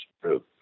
true